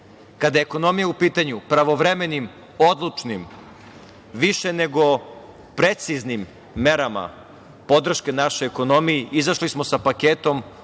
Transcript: je ekonomija u pitanju pravovremenim, odlučnim, više nego preciznim merama podrške našoj ekonomiji izašli smo sa paketom,